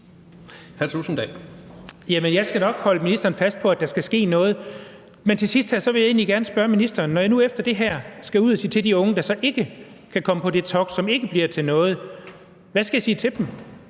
jeg skal nok holde ministeren fast på, at der skal ske noget. Til sidst vil jeg egentlig gerne spørge ministeren: Når jeg nu efter det her skal ud til de unge, der så ikke kan komme på det togt, der altså ikke bliver til noget, hvad skal jeg så sige til dem?